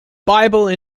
bible